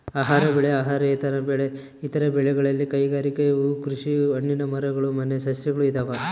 ಆಹಾರ ಬೆಳೆ ಅಹಾರೇತರ ಬೆಳೆ ಇತರ ಬೆಳೆಗಳಲ್ಲಿ ಕೈಗಾರಿಕೆ ಹೂಕೃಷಿ ಹಣ್ಣಿನ ಮರಗಳು ಮನೆ ಸಸ್ಯಗಳು ಇದಾವ